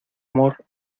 amor